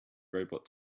robot